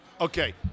Okay